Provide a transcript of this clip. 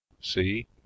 See